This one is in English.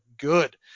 good